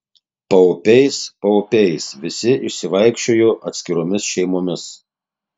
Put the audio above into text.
paupiais paupiais visi išsivaikščiojo atskiromis šeimomis